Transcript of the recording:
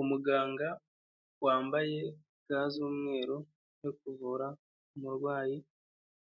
Umuganga wambaye ga z'umweru uri kuvura umurwayi